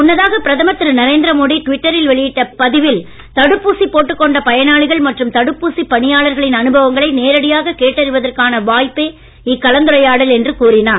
முன்னதாக பிரதமர் திரு நரேந்திர மோடி டுவிட்டரில் வெளியிட்ட பதிவில் தடுப்பூசி போட்டுக் கொண்ட பயனாளிகள் மற்றும் தடுப்பூசி கேட்டறிவதற்கான வாய்ப்பே இக்கலந்துரையாடல் என்று கூறினார்